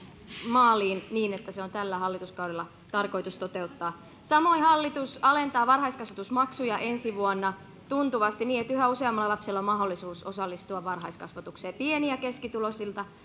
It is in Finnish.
maaliin niin että se on tällä hallituskaudella tarkoitus toteuttaa samoin hallitus alentaa varhaiskasvatusmaksuja ensi vuonna tuntuvasti niin että yhä useammalla lapsella on mahdollisuus osallistua varhaiskasvatukseen pieni ja keskituloisilta